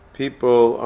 people